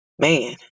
Man